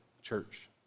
church